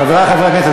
חברי חברי הכנסת,